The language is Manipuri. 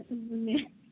ꯑꯗꯨꯅꯦ